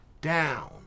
down